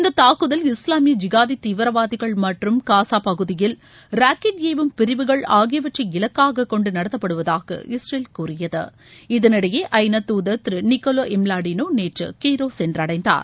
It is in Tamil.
இந்த தாக்குதல் இஸ்லாமிய ஜிகாதி தீவிரவாதிகள் மற்றும் காஸா பகுதியில் ராக்கெட் ஏவும் பிரிவுகள் ஆகியவற்றை இலக்காகக் கொண்டு நடத்தப்படுவதாக இஸ்ரேல் கூறியது இதனிடையே ஐநா தூதர் திரு நிக்கோலே இம்லாடினோ நேற்று கெய்ரோ சென்றடைந்தார்